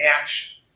action